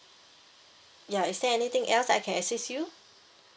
ya is there anything else I can assist you